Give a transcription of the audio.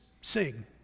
sing